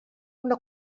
una